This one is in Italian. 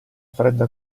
fredda